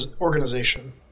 organization